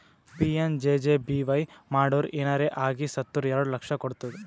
PMJJBY ಮಾಡುರ್ ಏನರೆ ಆಗಿ ಸತ್ತುರ್ ಎರಡು ಲಕ್ಷ ಕೊಡ್ತುದ್